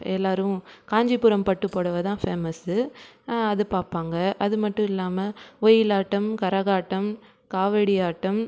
எல்லோரும் காஞ்சிபுரம் பட்டு புடவை தான் ஃபேமஸ்ஸு அது பார்ப்பாங்க அது மட்டும் இல்லாமல் ஒயிலாட்டம் கரகாட்டம் காவடியாட்டம்